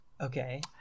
Okay